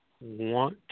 want